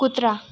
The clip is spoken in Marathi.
कुत्रा